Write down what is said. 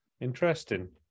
Interesting